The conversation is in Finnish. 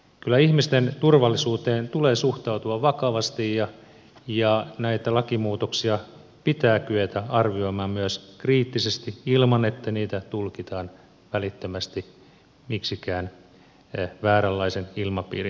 kyllä ihmisten turvallisuuteen tulee suhtautua vakavasti ja näitä lakimuutoksia pitää kyetä arvioimaan myös kriittisesti ilman että niitä tulkitaan välittömästi miksikään vääränlaisen ilmapiirin lietsomiseksi